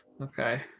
Okay